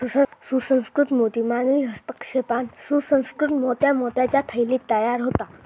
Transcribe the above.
सुसंस्कृत मोती मानवी हस्तक्षेपान सुसंकृत मोत्या मोत्याच्या थैलीत तयार होता